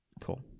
Cool